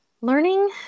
Learning